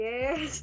Yes